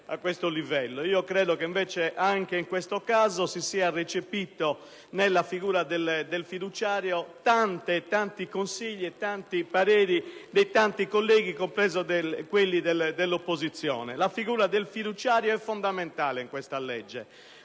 Credo invece che, anche in questo caso, si siano recepiti, nella figura del fiduciario, tanti consigli e tanti pareri di tanti colleghi, compresi quelli dell'opposizione. La figura del fiduciario è fondamentale nella legge.